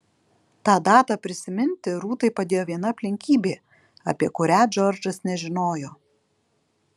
tą datą prisiminti rūtai padėjo viena aplinkybė apie kurią džordžas nežinojo